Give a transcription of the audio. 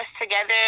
together